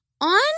on